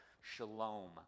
shalom